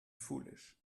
foolish